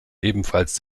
ebenfalls